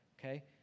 Okay